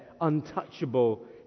untouchable